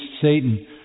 Satan